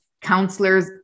counselors